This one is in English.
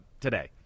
today